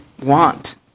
Want